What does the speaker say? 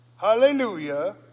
hallelujah